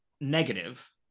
negative